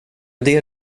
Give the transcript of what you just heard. det